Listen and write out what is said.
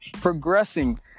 progressing